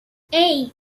hey